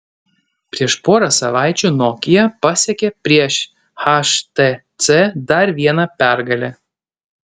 prieš porą savaičių nokia pasiekė prieš htc dar vieną pergalę